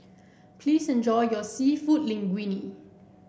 please enjoy your seafood Linguine